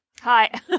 Hi